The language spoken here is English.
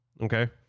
Okay